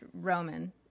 Roman